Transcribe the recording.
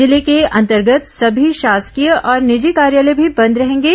जिले के अंतर्गत सभी शासकीय और निजी कार्यालय भी बंद रहेंगे